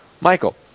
Michael